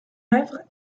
œuvre